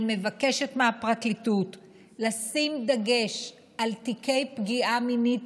אני מבקשת מהפרקליטות לשים דגש על תיקי פגיעה מינית,